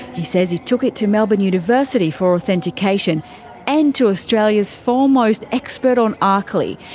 he says he took it to melbourne university for authentication and to australia's foremost expert on arkley,